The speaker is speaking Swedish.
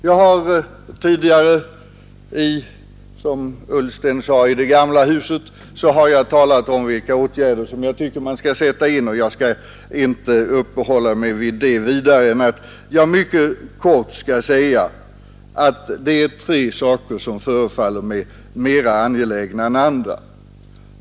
Jag har tidigare i — som herr Ullsten sade — det gamla huset talat om vilka åtgärder jag tycker att man skall vidta, och jag skall inte uppehålla mig vid det vidare, men jag vill mycket kort säga, att det är tre saker som förefaller mig mer angelägna än andra.